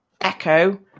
Echo